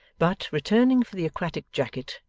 but, returning for the aquatic jacket,